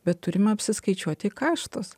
bet turime apsiskaičiuoti kaštus